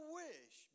wish